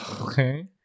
okay